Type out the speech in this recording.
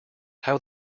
how